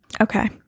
Okay